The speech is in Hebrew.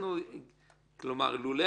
לגופים